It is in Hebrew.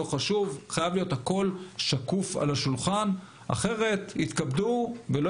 הכול חייב להיות שקוף על השולחן אחרת יתכבדו ולא